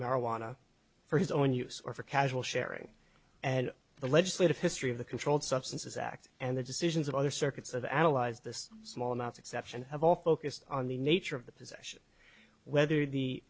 marijuana for his own use or for casual sharing and the legislative history of the controlled substances act and the decisions of other circuits of analyze this small amounts exception of all focused on the nature of the